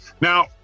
Now